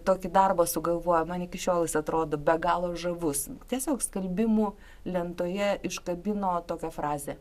tokį darbą sugalvojo man iki šiol jis atrodo be galo žavus tiesiog skelbimų lentoje iškabino tokią frazę